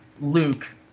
Luke